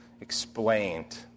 explained